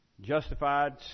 justified